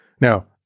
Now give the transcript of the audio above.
Now